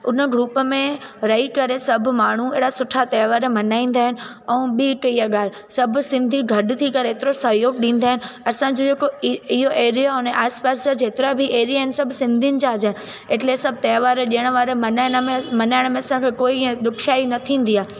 हुन ग्रूप में रही करे सभु माण्हू अहिड़ा सुठा त्योहार मल्हाईंदा आहिनि ऐं ॿिए कई आहे ॻाल्हि सभु सिंधी गॾु थी करे हेतिरो सहयोग ॾींदा आहिनि असांजो जेको इहो एरिया अने आसिपासि जा जेतिरा बि एरिया आहिनि सभु सिंधियुनि जा जा एटले सभु त्योहार डिणवार मल्हाए हिन में मल्हाइण में असांखे कोई ईअं ॾुखयाई न थींदी आहे